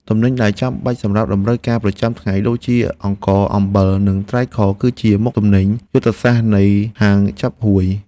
ទំនិញដែលចាំបាច់សម្រាប់តម្រូវការប្រចាំថ្ងៃដូចជាអង្ករ អំបិល និងត្រីខ គឺជាមុខទំនិញយុទ្ធសាស្ត្រនៃហាងចាប់ហួយ។